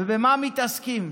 ובמה מתעסקים?